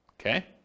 Okay